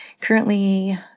Currently